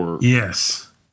Yes